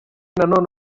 nanone